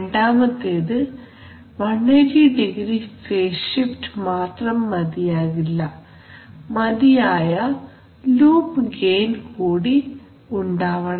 രണ്ടാമത്തേത് 180 degree phase shift മാത്രം മതിയാകില്ല മതിയായ ലൂപ് ഗെയിൻ കൂടി ഉണ്ടാവണം